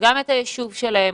גם את הישוב שלהם,